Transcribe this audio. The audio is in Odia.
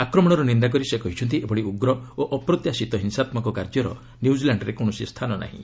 ଆକ୍ରମଣର ନିନ୍ଦା କରି ସେ କହିଛନ୍ତି ଏଭଳି ଉଗ୍ର ଓ ଅପ୍ରତ୍ୟାଶିତ ହିଂସାତ୍ମକ କାର୍ଯ୍ୟର ନ୍ୟୁକିଲାଣରେ କୌଣସି ସ୍ଥାନ ନାହିଁ